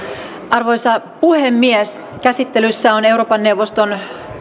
arvoisa puhemies käsittelyssä on euroopan neuvoston